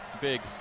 big